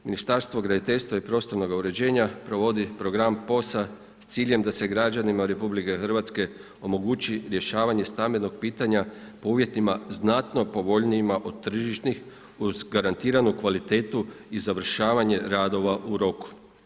Ministarstvo graditeljstva i prostornoga uređenja provodi program POS-a s ciljem da se građanima RH omogući rješavanje stambenog pitanja po uvjetima znatno povoljnijima od tržišnih uz garantiranu kvalitetu i završavanje radova u roku.